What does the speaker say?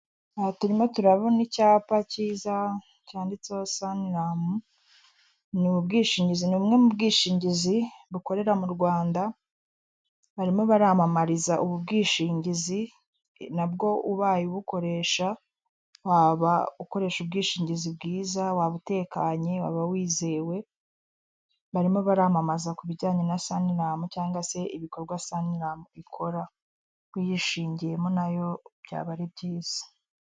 Aha turimo turabona icyapa kiza cyanditseho suniramu, ni ubwishingizi, ni bumwe mu bwishingizi bukorera mu rwanda barimo baramamariza ubu bwishingizi, na bwo ubaye ubukoresha waba ukoresha ubwishingizi bwiza. Waba utekanye waba wizewe barimo baramamaza ku bijyanye na suniramu cyangwa se ibikorwa suniramu ikora uyishingiyemo nayo byaba ari byiza.